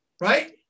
right